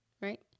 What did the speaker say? Right